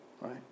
Right